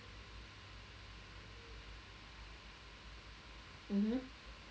mmhmm